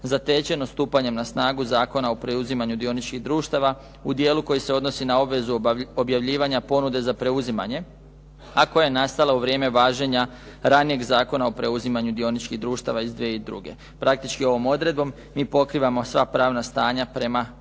zatečeno stupanjem na snagu Zakona o preuzimanju dioničkih društava u dijelu koji se odnosi na obvezu objavljivanja ponude za preuzimanje a koja je nastala u vrijeme važenja ranijeg zakona o preuzimanju dioničkih društava iz 2002. Praktički ovom odredbom mi pokrivamo sva pravna stanja prema